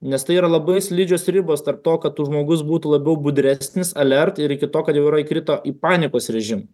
nes tai yra labai slidžios ribos tarp to kad žmogus būtų labiau budresnis alert ir iki to kad jau yra įkrito į panikos režimą